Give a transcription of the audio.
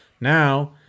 Now